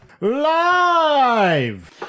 Live